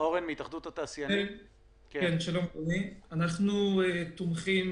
שלום אדוני, אנחנו תומכים